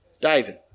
David